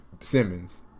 Simmons